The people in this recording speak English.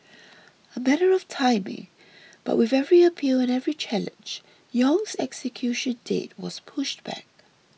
a matter of timing but with every appeal and every challenge Yong's execution date was pushed back